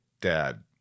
dad